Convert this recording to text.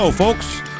folks